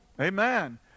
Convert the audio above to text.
Amen